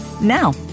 Now